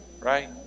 right